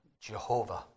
Jehovah